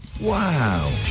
Wow